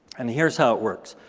and here's how it works.